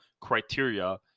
criteria